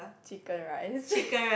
chicken rice